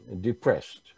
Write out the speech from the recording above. depressed